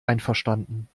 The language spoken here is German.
einverstanden